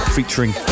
featuring